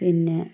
പിന്നെ